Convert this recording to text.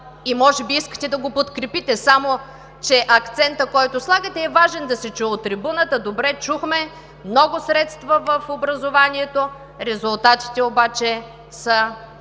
Може би искате да го подкрепите, само че акцентът, който слагате, е важен да се чуе от трибуната. Добре, чухме – много средства в образованието. Резултатите обаче са